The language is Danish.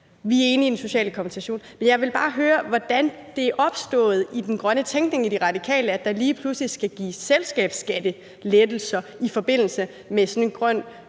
Vi er enige i den sociale kompensation, men jeg vil bare høre, hvordan det er opstået i den grønne tænkning hos De Radikale, at der lige pludselig skal gives selskabsskattelettelser i forbindelse med sådan en grøn